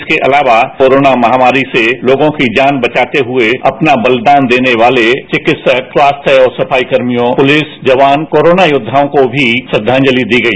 इसके अलावा कोरोना महामारी से लोगों की जान बचाते हुए अपना बलिदान देने वाले चिकित्सक स्वास्थ्य और सफाई कर्मियों पुलिस जवान कोरोना योद्धाओं को भी श्रद्धांजलि दी गई